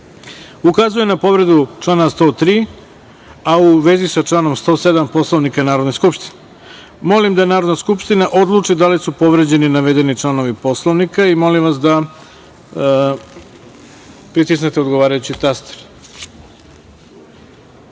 ukazao je na povredu člana 103. Poslovnika, a u vezi sa članom 107. Poslovnika Narodne skupštine. Molim da Narodna skupština odluči da li su povređeni određeni članovi Poslovnika i molim vas da pritisnete odgovarajući